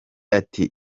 ati